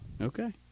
Okay